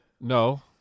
no